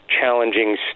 challenging